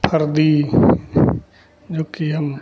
फरदी जो कि हम